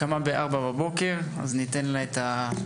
היא קמה בארבע בבוקר ולכן ניתן לה את האפשרות.